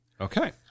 Okay